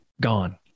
gone